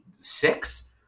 six